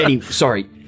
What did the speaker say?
Sorry